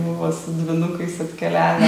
buvo su dvynukais atkeliavę